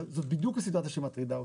זו בדיוק הסיבה שמטרידה אותנו.